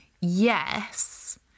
yes